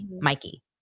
Mikey